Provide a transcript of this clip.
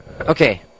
Okay